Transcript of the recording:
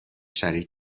شریک